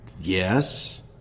Yes